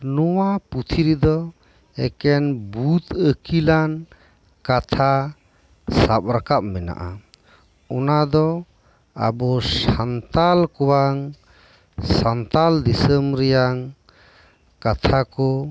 ᱱᱚᱶᱟ ᱯᱩᱛᱷᱤ ᱨᱮᱫᱚ ᱮᱠᱮᱱ ᱵᱩᱫᱽ ᱟᱹᱠᱤᱞᱟᱱ ᱠᱟᱛᱷᱟ ᱥᱟᱵ ᱨᱟᱠᱟᱵ ᱢᱮᱱᱟᱜᱼᱟ ᱚᱱᱟ ᱫᱚ ᱟᱵᱚ ᱥᱟᱱᱛᱟᱲ ᱠᱚᱣᱟᱝ ᱥᱟᱱᱛᱟᱲ ᱫᱤᱥᱚᱢ ᱨᱮᱭᱟᱝ ᱠᱟᱛᱷᱟ ᱠᱚ